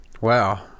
Wow